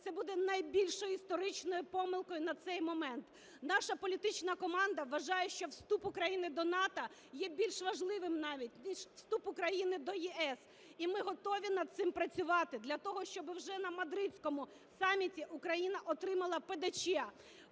це буде найбільшою історичною помилкою на цей момент. Наша політична команда вважає, що вступ України до НАТО є більш важливим навіть, ніж вступ України до ЄС. І ми готові над цим працювати для того, щоби вже на Мадридському саміті Україна отримала ПДЧ.